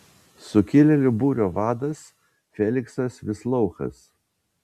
sukilėlių būrio vadas feliksas vislouchas